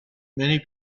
many